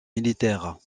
militaire